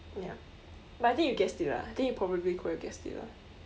ya but I think you guessed it lah I think you probably could have guessed it lah